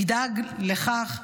ידאג לכך,